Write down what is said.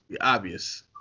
Obvious